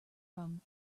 rum